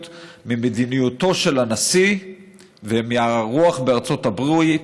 ממדיניותו של הנשיא ומהרוח בארצות הברית,